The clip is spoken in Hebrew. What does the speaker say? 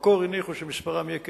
ובמקור הניחו שמספרם יהיה כ-20,